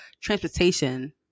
transportation